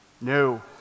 No